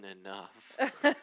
enough